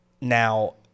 Now